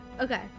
okay